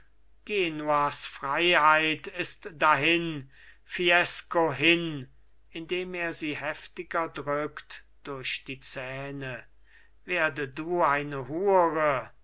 genuas freiheit ist dahin fiesco hin indem er sie heftiger drückt durch die zähne werde du eine hure